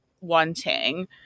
wanting